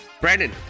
Brandon